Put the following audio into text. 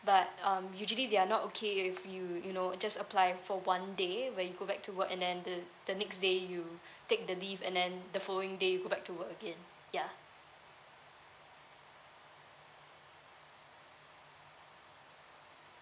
but um usually they are not okay if you you know just apply for one day when you go back to work and then the the next day you take the leave and then the following day you back to work again ya